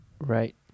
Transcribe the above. Right